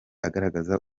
agaragaza